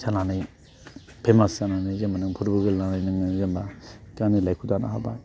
जानानै फेमास जानानै जेनेबा नों फुटबल गेलेनानै नोङो जेनेबा गावनि लाइफखौ दानो हाबाय